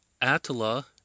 Attila